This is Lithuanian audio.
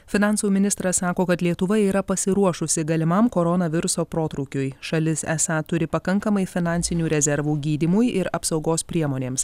finansų ministras sako kad lietuva yra pasiruošusi galimam koronaviruso protrūkiui šalis esą turi pakankamai finansinių rezervų gydymui ir apsaugos priemonėms